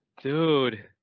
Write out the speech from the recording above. Dude